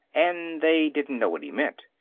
and they didn't know what he meant,